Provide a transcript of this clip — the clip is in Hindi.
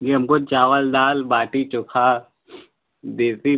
जी हमको चावल दाल बाटी चोखा देशी